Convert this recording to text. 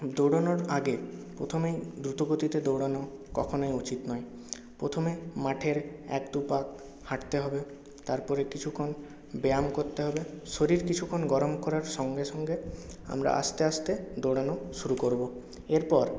দৌড়ানোর আগে প্রথমেই দ্রুত গতিতে দৌড়ানো কখনই উচিত নয় প্রথমে মাঠের এক দু পাক হাঁটতে হবে তারপরে কিছুক্ষণ ব্যায়াম করতে হবে শরীর কিছুক্ষণ গরম করার সঙ্গে সঙ্গে আমরা আস্তে আস্তে দৌড়ানো শুরু করব এরপর